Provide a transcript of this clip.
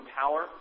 power